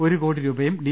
ഒരു കോടി രൂപയും ഡി